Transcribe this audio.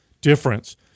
difference